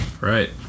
Right